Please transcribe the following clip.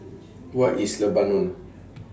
What IS Lebanon